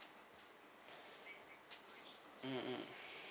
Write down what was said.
mm mmhmm